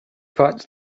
fatg